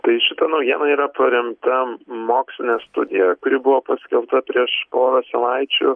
tai šita naujiena yra paremta moksline studija kuri buvo paskelbta prieš porą savaičių